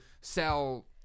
sell